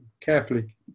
carefully